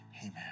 Amen